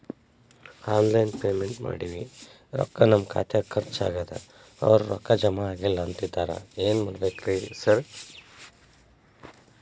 Online payment ಮಾಡೇವಿ ರೊಕ್ಕಾ ನಮ್ ಖಾತ್ಯಾಗ ಖರ್ಚ್ ಆಗ್ಯಾದ ಅವ್ರ್ ರೊಕ್ಕ ಜಮಾ ಆಗಿಲ್ಲ ಅಂತಿದ್ದಾರ ಏನ್ ಮಾಡ್ಬೇಕ್ರಿ ಸರ್?